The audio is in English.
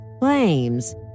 claims